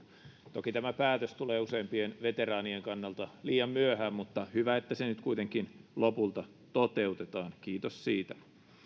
toki tämä päätös tulee useimpien veteraanien kannalta liian myöhään mutta hyvä että se nyt kuitenkin lopulta toteutetaan kiitos siitä